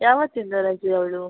ಯಾವತ್ತಿಂದ ರಜೆ ಅವಳು